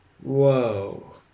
Whoa